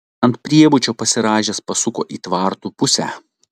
ant priebučio pasirąžęs pasuko į tvartų pusę